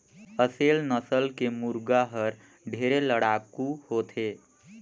असेल नसल के मुरगा हर ढेरे लड़ाकू होथे